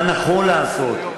מה שנכון לעשות.